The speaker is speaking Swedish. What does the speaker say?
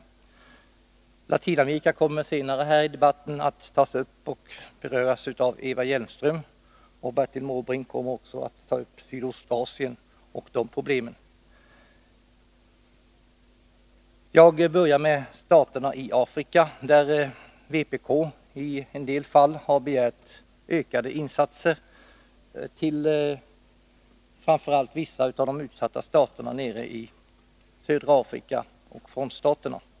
Frågan om biståndsinsatserna i Latinamerika kommer senare i debatten att tas upp av Eva Hjelmström, och Bertil Måbrink berör så småningom problemen i Sydostasien. Jag börjar med staterna i Afrika, där vpk i en del fall har begärt ökade insatser, framför allt till vissa av de utsatta staterna nere i södra Afrika och frontstaterna.